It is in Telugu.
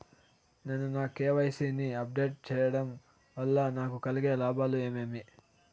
నేను నా కె.వై.సి ని అప్ డేట్ సేయడం వల్ల నాకు కలిగే లాభాలు ఏమేమీ?